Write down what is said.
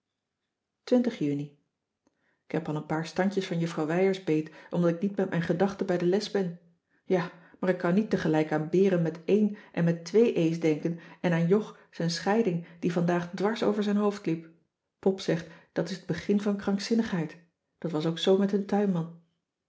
juni k heb al een paar standjes van juffrouw wijers beet omdat ik niet met mijn gedachten bij de les ben ja maar ik kan niet tegelijk aan beren met éen en met twee e's denken en aan jog zijn scheiding die vandaag dwars over zijn hoofd liep pop zegt dat is het begin van krankzinnigheid dat was ook zoo met hun tuinman